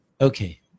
Okay